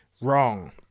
Wrong